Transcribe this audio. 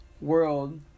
world